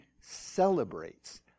celebrates